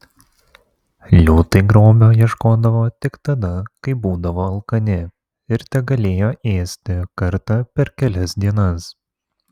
liūtai grobio ieškodavo tik tada kai būdavo alkani ir tegalėjo ėsti kartą per kelias dienas